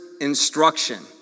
instruction